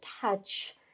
touch